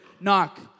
knock